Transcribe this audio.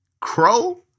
crow